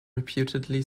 reputedly